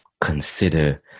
consider